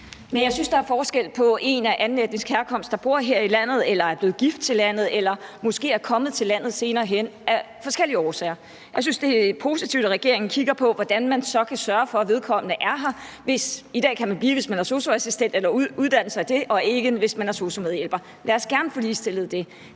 der tale om en af anden etnisk herkomst, der bor her i landet, er blevet gift til landet eller måske er kommet til landet senere hen af forskellige årsager. Jeg synes, det er positivt, at regeringen kigger på, hvordan man så kan sørge for, at vedkommende kan være her. I dag kan man blive, hvis man er sosu-assistent eller under uddannelse til det, og ikke, hvis man er sosu-medhjælper. Lad os gerne få ligestillet det.